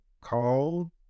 called